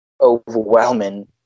overwhelming